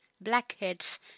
blackheads